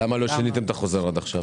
למה לא שיניתם את החוזר עד עכשיו?